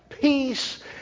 peace